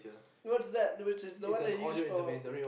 what's that which is the one you use for